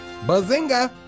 Bazinga